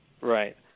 Right